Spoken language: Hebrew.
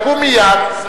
לקום מייד.